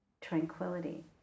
tranquility